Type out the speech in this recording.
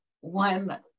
one